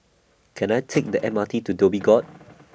Can I Take The M R T to Dhoby Ghaut